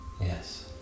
Yes